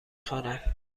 خوانم